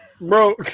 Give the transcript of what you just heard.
bro